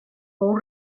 fou